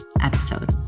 episode